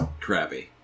crappy